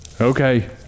Okay